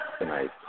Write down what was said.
tonight